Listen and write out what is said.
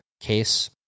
case